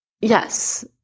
Yes